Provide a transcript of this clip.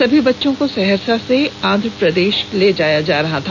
सभी बच्चों को सहरसा से आंध्र प्रदेश ले जाया जा रहा था